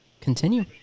continue